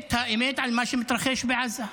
את האמת על מה שמתרחש בעזה.